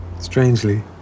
Strangely